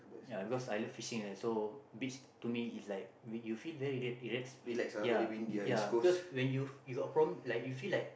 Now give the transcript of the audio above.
ya because I love fishing lah so beach to me is like you feel very relax ya ya because when you you got problem then